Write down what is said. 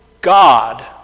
God